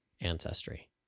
ancestry